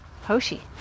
Hoshi